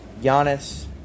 Giannis